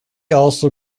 also